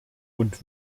und